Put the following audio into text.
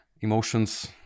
emotions